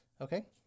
Okay